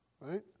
right